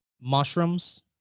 mushrooms